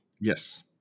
Yes